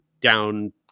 down